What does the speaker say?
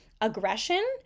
aggression